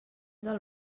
del